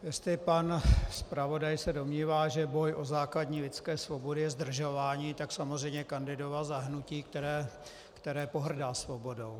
Jestli pan zpravodaj se domnívá, že boj o základní lidské svobody je zdržování, tak samozřejmě kandidoval za hnutí, které pohrdá svobodou.